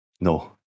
No